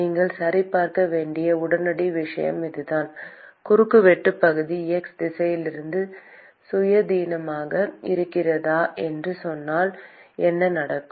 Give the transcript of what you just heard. நீங்கள் சரிபார்க்க வேண்டிய உடனடி விஷயம் இதுதான் குறுக்குவெட்டுப் பகுதி x திசையிலிருந்து சுயாதீனமாக இருக்கிறதா என்று சொன்னால் என்ன நடக்கும்